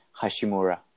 Hashimura